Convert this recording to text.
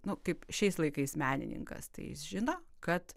nu kaip šiais laikais menininkas tai jis žino kad